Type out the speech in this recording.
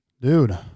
Dude